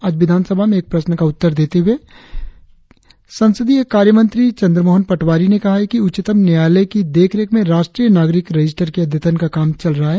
आज विधानसभा में एक प्रश्न का उत्तर देते हुए संसदीय कार्यमंत्री चन्द्रमोहन पटवारी ने कहा है कि उच्चतम न्यायालय की देखरेख में राष्ट्रीय नागरिक रजिस्टर के अद्यतन का काम चल रहा है